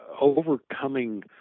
overcoming